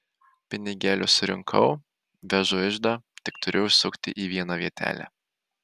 pinigėlius surinkau vežu iždą tik turiu užsukti į vieną vietelę